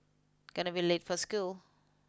gonna be late for school